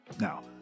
Now